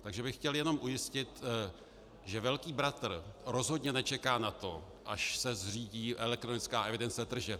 Takže bych chtěl jenom ujistit, že velký bratr rozhodně nečeká na to, až se zřídí elektronická evidence tržeb.